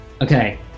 Okay